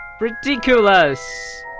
Ridiculous